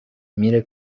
میره